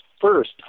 first